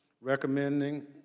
recommending